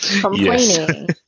complaining